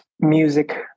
music